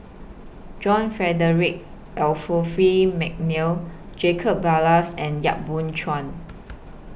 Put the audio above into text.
John Frederick Mcnair Jacob Ballas and Yap Boon Chuan